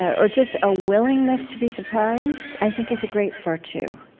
or just a willingness to be surprised i think is a great virtue.